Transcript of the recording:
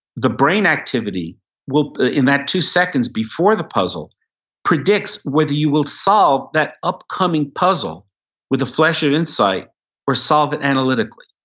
the brain activity in that two seconds before the puzzle predicts whether you will solve that upcoming puzzle with a flash of insight or solve it analytically.